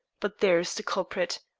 but there is the culprit.